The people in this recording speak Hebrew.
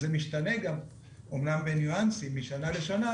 זה כמובן משתנה אמנם בניואנסים משנה לשנה,